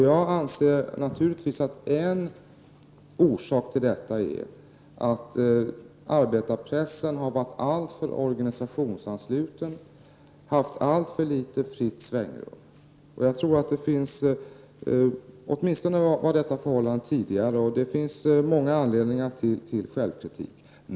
Jag anser att en orsak till detta är att arbetarpressen har varit alltför organisationsansluten och haft alltför litet fritt svängrum. Åtminstone var detta förhållandet tidigare, och det finns många anledningar till självkritik.